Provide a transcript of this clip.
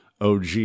OG